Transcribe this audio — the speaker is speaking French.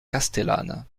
castellane